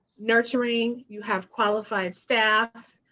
nurturing, you have qualified staff,